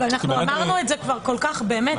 אמרנו את זה כל כך הרבה פעמים.